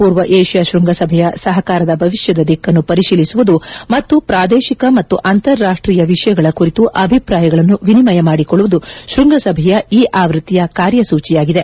ಪೂರ್ವ ಏಷ್ಯಾ ಶ್ವಂಗಸಭೆಯ ಸಹಕಾರದ ಭವಿಷ್ಯದ ದಿಕ್ಕನ್ನು ಪರಿಶೀಲಿಸುವುದು ಮತ್ತು ಪ್ರಾದೇಶಿಕ ಮತ್ತು ಅಂತಾರಾಷ್ಟೀಯ ವಿಷಯಗಳ ಕುರಿತು ಅಭಿಪ್ರಾಯಗಳನ್ನು ವಿನಿಮಯ ಮಾದಿಕೊಳ್ಳುವುದು ಶೃಂಗಸಭೆಯ ಈ ಆವೃತ್ತಿಯ ಕಾರ್ಯಸೂಚೆಯಾಗಿದೆ